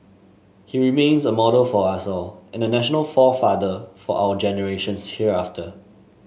he remains a model for us all and a national forefather for our generations hereafter